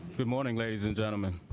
good morning ladies and gentlemen